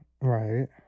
Right